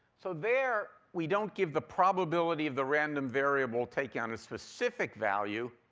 so there, we don't give the probability of the random variable taking on a specific value.